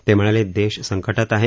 ते म्हणाले देश संकटात आहे